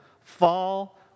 fall